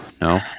No